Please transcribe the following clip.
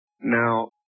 Now